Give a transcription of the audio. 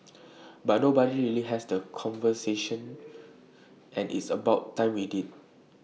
but nobody really has that conversation and it's about time we did